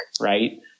Right